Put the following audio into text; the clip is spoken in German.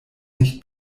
nicht